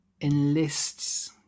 enlists